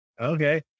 okay